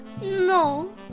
no